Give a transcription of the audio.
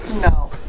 No